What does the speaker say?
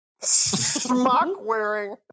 Smock-wearing